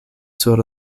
sur